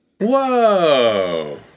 whoa